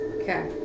Okay